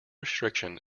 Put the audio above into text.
restriction